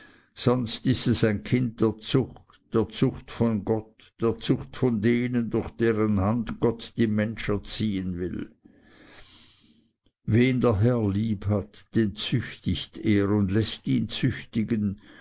sonst ist es ein kind der zucht der zucht von gott der zucht von denen durch deren hand gott die menschen erziehen will wen der herr lieb hat den züchtigt er und läßt ihn züchtigen